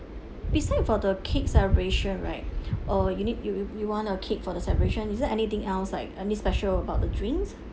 beside for the cake celebration right uh you need you you you want a cake for the celebration is there anything else like any special about the drinks